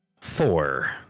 four